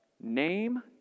name